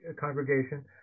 congregation